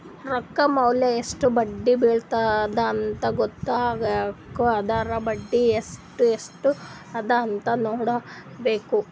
ರೊಕ್ಕಾ ಮ್ಯಾಲ ಎಸ್ಟ್ ಬಡ್ಡಿ ಬಿಳತ್ತುದ ಅಂತ್ ಗೊತ್ತ ಆಗ್ಬೇಕು ಅಂದುರ್ ಬಡ್ಡಿ ಎಸ್ಟ್ ಎಸ್ಟ್ ಅದ ಅಂತ್ ನೊಡ್ಕೋಬೇಕ್